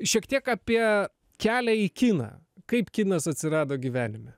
šiek tiek apie kelią į kiną kaip kinas atsirado gyvenime